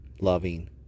loving